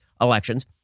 elections